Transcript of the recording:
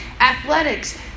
athletics